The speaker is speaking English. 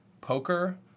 poker